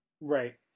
Right